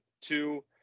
Two